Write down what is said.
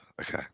okay